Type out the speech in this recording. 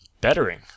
bettering